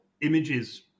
images